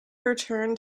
return